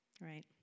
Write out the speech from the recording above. right